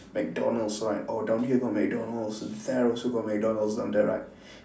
mcdonald's right oh down here got mcdonald's there also got mcdonald's down there right